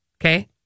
Okay